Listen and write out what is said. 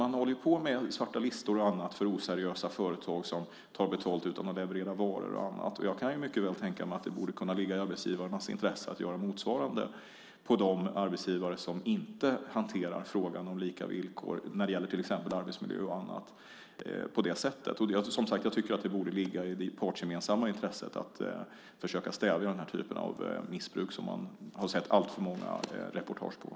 Man håller på med svarta listor och annat för oseriösa företag som tar betalt utan att leverera varor och annat. Jag kan mycket väl tänka mig att det borde ligga i arbetsgivarnas intresse att göra motsvarande med de arbetsgivare som inte hanterar frågan om lika villkor när det gäller till exempel arbetsmiljö och annat. Det borde ligga i det partsgemensamma intresset att försöka stävja denna typ av missbruk, som man sett alltför många reportage om.